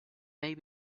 may